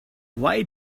why